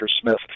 Smith